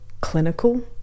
clinical